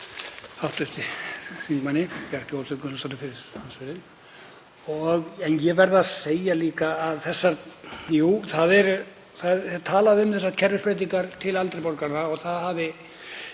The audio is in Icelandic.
það er talað um þessar kerfisbreytingar til eldri borgara, að þær hafi